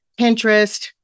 Pinterest